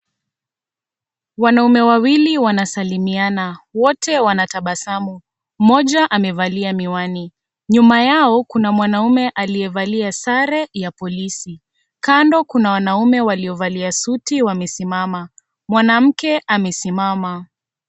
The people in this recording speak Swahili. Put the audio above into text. Wanaume wawili wanasalimiana wote wanatabasamu mmoja amevalia miwani nyuma yao kuna mwanaume aliyevalia sare ya polisi kando kuna wanaume waliovalia suti wamesimama , mwanamke amesimama.